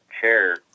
chair